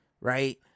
right